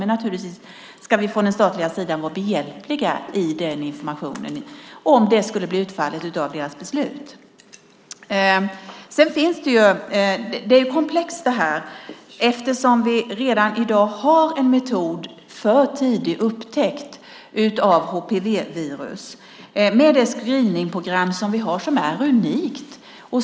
Men naturligtvis ska vi från den statliga sidan vara behjälpliga med den informationen om det skulle bli utfallet av beslutet. Det här är komplext, eftersom vi redan i dag har en metod för tidig upptäckt av HPV med det screeningsprogram som vi har och som är unikt.